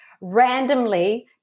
randomly